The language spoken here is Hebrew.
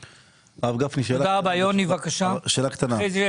האם את השיפוי הזה שהאוצר יצטרך לתת או אנחנו